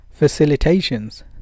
facilitations